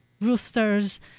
roosters